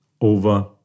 over